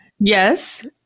Yes